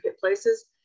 places